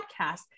podcast